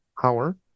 power